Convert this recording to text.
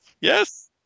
Yes